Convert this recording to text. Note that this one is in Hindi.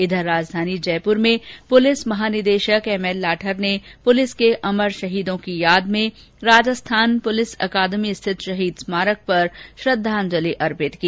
इधर राजधानी जयपूर में पूलिस महानिदेशक एम एल लाठर ने पूलिस के अमर शहीदों की याद में राजस्थान पुलिस अकादमी स्थित शहीद स्मारक पर श्रद्धांजलि अर्पित की